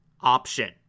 option